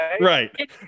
right